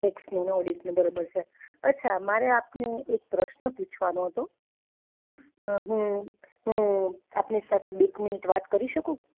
ટેક્સનું અને ઓડિટનું બરોબર છે અચ્છા મારે આપને એક પ્રશ્ન પૂછવાનો હતો હું હું આપણી સાથે બે એક મિનિટ વાત કરી શકું